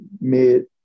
mid